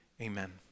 Amen